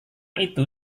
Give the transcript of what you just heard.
itu